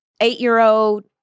eight-year-old